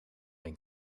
een